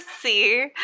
see